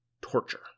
Torture